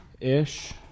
Ish